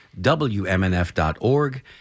wmnf.org